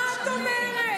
מה את אומרת?